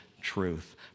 truth